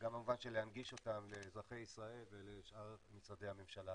וגם במובן של להנגיש אותם לאזרחי ישראל ולשאר משרדי הממשלה.